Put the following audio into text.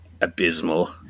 abysmal